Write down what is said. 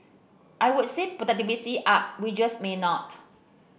I would say productivity up wages may not